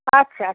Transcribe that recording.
আচ্ছা আচ্ছা